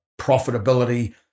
profitability